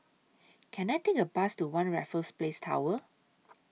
Can I Take A Bus to one Raffles Place Tower